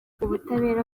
ubutabera